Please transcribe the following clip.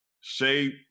shape